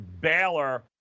Baylor